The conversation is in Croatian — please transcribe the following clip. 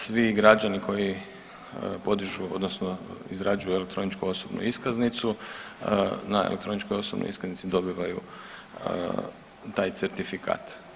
Svi građani koji podižu odnosno izrađuju elektroničku osobnu iskaznicu na elektroničkoj osobnoj iskaznici dobivaju taj certifikat.